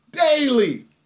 daily